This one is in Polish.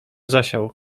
zasiał